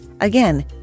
Again